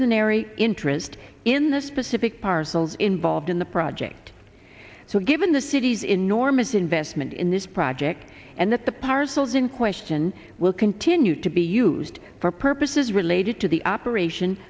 unary interest in the specific parcels involved in the project so given the city's enormous investment in this project and that the parcels in question will continue to be used for purposes related to the operation